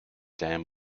dam